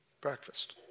breakfast